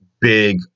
big